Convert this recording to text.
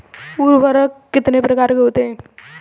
उर्वरक कितने प्रकार के होते हैं?